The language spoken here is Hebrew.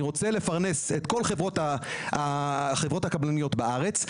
אני רוצה לפרנס את כל חברות הקבלניות בארץ,